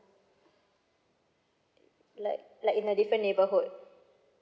like like in a different neighborhood